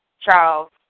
Charles